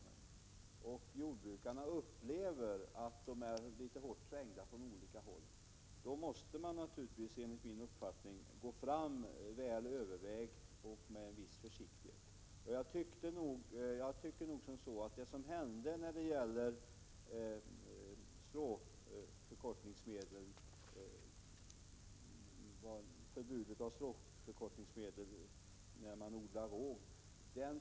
Jordbrukarna upplever att de är hårt trängda från olika håll, och man måste naturligtvis — enligt min uppfattning — gå fram med goda överväganden och viss försiktighet. ; Det som hände i samband med förbudet mot stråförkortningsmedel vid odling av råg vill vi inte se upprepat igen.